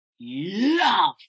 Love